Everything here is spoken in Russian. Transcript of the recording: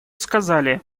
сказали